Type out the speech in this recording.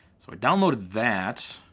so i downloaded that.